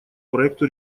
проекту